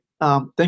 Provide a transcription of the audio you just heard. Thank